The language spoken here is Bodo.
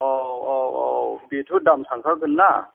औ औ औ बेथ' दाम थांखागोन ना